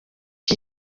iki